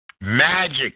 Magic